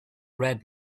red